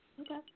Okay